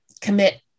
commit